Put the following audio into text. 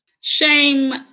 Shame